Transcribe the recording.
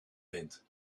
wind